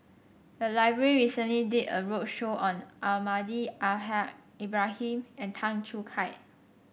the library recently did a roadshow on Almahdi Al Haj Ibrahim and Tan Choo Kai